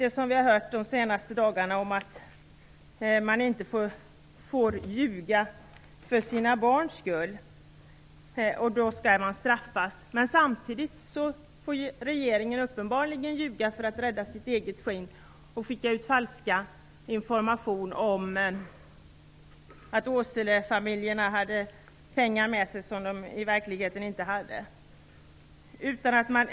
Det som vi har hört de senaste dagarna, nämligen att flyktingar inte får ljuga för sina barns skull och att de då skall straffas, är märkligt. Samtidigt får regeringen uppenbarligen ljuga för att rädda sitt eget skinn och skicka ut falsk information om att Åselefamlijerna hade pengar med sig som de i verkligheten inte hade.